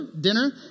Dinner